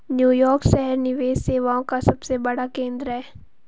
New York शहर निवेश सेवाओं का सबसे बड़ा केंद्र है